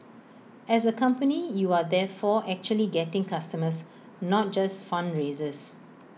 as A company you are therefore actually getting customers not just fundraisers